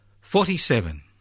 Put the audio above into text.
forty-seven